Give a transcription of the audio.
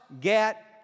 get